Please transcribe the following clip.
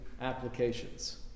applications